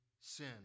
sin